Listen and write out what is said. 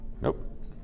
Nope